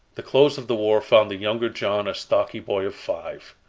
the close of the war found the younger john a stocky boy of five.